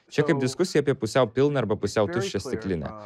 čia kaip diskusija apie pusiau pilną arba pusiau tuščią stiklinę